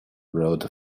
wrote